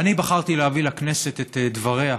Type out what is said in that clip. אני בחרתי להביא לכנסת את דבריה,